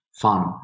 fun